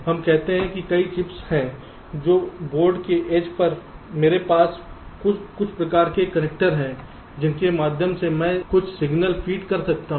हम कहते हैं कि कई चिप्स हैं और बोर्ड के एज पर मेरे पास कुछ प्रकार के कनेक्टर हैं जिसके माध्यम से मैं कुछ सिग्नल फ़ीड कर सकता हूं